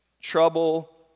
trouble